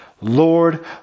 Lord